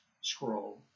scroll